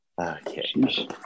Okay